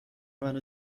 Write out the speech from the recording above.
منو